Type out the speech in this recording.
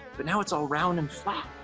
but now it's all round and flat?